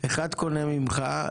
אחד קונה ממך,